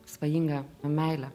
svajingą meilę